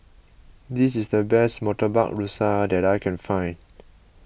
this is the best Murtabak Rusa that I can find